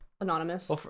anonymous